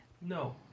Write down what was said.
No